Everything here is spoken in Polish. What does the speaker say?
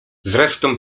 zresztą